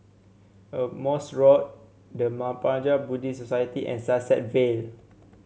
a Morse Road The Mahaprajna Buddhist Society and Sunset Vale